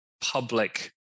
public